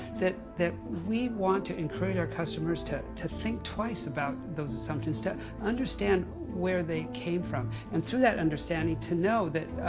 that that we want to encourage our customers to to think twice about those assumptions, to understand where they came from. and through that understanding, to know that,